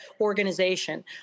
organization